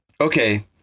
Okay